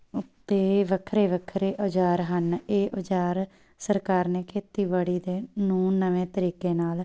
ਉੱਤੇ ਵੱਖਰੇ ਵੱਖਰੇ ਔਜ਼ਾਰ ਹਨ ਇਹ ਔਜ਼ਾਰ ਸਰਕਾਰ ਨੇ ਖੇਤੀਬਾੜੀ ਦੇ ਨੂੰ ਨਵੇਂ ਤਰੀਕੇ ਨਾਲ